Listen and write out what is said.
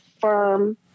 firm